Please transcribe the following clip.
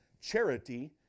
charity